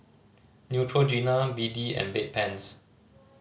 Neutrogena B D and Bedpans